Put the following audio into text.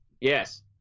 yes